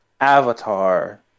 Avatar